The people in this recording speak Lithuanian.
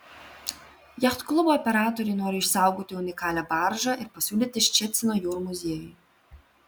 jachtklubo operatoriai nori išsaugoti unikalią baržą ir pasiūlyti ščecino jūrų muziejui